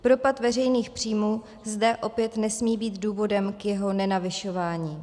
Propad veřejných příjmů zde opět nesmí být důvodem k jeho nenavyšování.